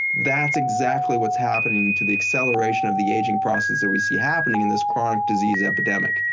that's exactly what's happening to the accelerating of the aging process that we see happening in this chronic disease epidemic.